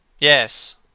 Yes